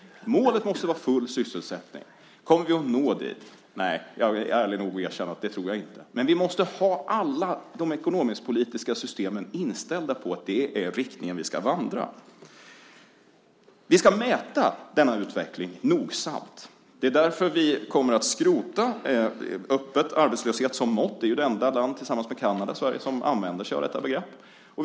Målet måste vara full sysselsättning. Kommer vi att nå dit? Nej. Jag är ärlig nog att erkänna att jag inte tror det. Men vi måste ha alla de ekonomisk-politiska systemen inställda på att det är i den riktningen vi ska vandra. Vi ska mäta denna utveckling noga. Därför kommer vi att skrota öppen arbetslöshet som mått. Sverige är, förutom Kanada, det enda land som använder sig av det begreppet.